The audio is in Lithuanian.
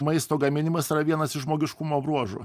maisto gaminimas yra vienas iš žmogiškumo bruožų